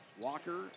Walker